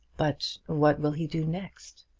but what will he do next?